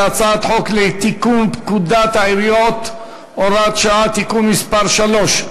זה הצעת חוק לתיקון פקודת העיריות (הוראת שעה) (תיקון מס' 3),